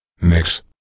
mix